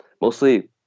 mostly